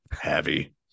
heavy